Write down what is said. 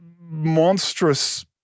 monstrous